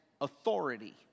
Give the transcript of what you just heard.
authority